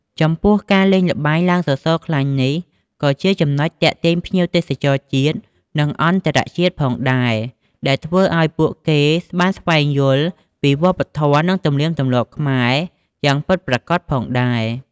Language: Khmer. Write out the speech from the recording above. ចំពោះការលេងល្បែងឡើងសសរខ្លាញ់នេះក៏ជាចំណុចទាក់ទាញភ្ញៀវទេសចរជាតិ និងអន្តរជាតិផងដែរ ដែលធ្វើឱ្យពួកគេបានស្វែងយល់ពីវប្បធម៌ និងទំនៀមទម្លាប់ខ្មែរយ៉ាងពិតប្រាកដផងដែរ។